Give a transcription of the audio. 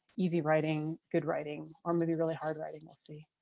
easy writing, good writing or maybe really hard writing. we'll see.